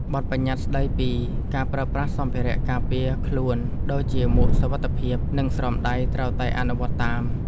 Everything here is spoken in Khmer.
បទប្បញ្ញត្តិស្ដីពីការប្រើប្រាស់សម្ភារៈការពារខ្លួនដូចជាមួកសុវត្ថិភាព និងស្រោមដៃត្រូវតែអនុវត្តតាម។